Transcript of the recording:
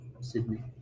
Sydney